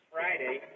Friday